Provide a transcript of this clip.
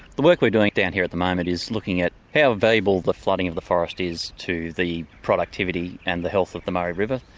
the work we are doing down here at the moment is looking at how valuable the flooding of the forest is to the productivity and the health of the murray river.